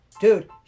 dude